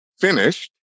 finished